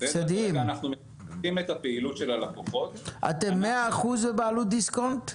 אנחנו סופגים את הפעילות של הלקוחות -- אתם 100% בבעלות דיסקונט?